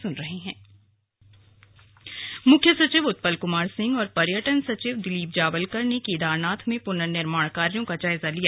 slug मुख्य सचिव जायजा मुख्य सचिव उत्पल कुमार सिंह और पर्यटन सचिव दिलीप जावलकर ने केदारनाथ में पुनर्निर्माण कार्यों का जायजा लिया